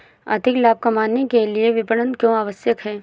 अधिक लाभ कमाने के लिए विपणन क्यो आवश्यक है?